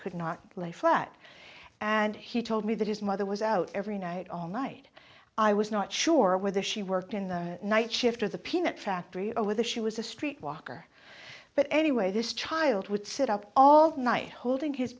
could not lay flat and he told me that his mother was out every night all night i was not sure whether she worked in the night shift or the peanut factory over the she was a street walker but anyway this child would sit up all night holding his